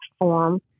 form